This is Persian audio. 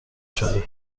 شده